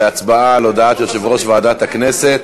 להצבעה על הודעת יושב-ראש ועדת הכנסת.